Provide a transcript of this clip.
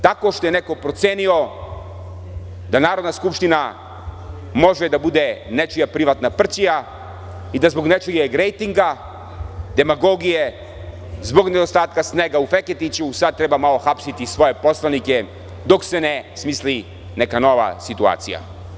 Tako što je neko procenio da Narodna skupština može da bude nečija privatna prćija i da zbog nečijeg rejtinga, demagogije, zbog nedostatka snega u Feketiću sad treba malo hapsiti svoje poslanike dok se ne smisli neka nova situacija.